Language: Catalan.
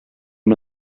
amb